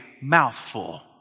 mouthful